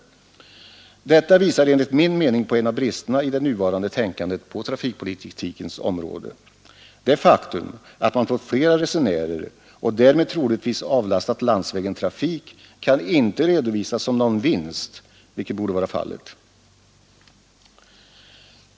Detta visar enligt min mening på en av bristerna i det nuvarande tänkandet på trafikpolitikens område. Det faktum att man fått flera resenärer och därmed troligtvis avlastat landsvägen trafik kan inte redovisas som någon vinst, vilket borde vara fallet.